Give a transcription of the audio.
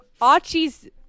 Archie's